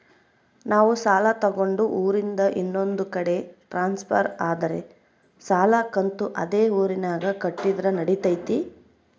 ನಾವು ಸಾಲ ತಗೊಂಡು ಊರಿಂದ ಇನ್ನೊಂದು ಕಡೆ ಟ್ರಾನ್ಸ್ಫರ್ ಆದರೆ ಸಾಲ ಕಂತು ಅದೇ ಊರಿನಾಗ ಕಟ್ಟಿದ್ರ ನಡಿತೈತಿ?